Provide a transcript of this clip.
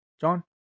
John